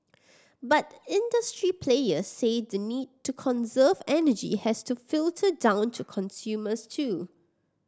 but industry players say the need to conserve energy has to filter down to consumers too